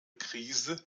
krise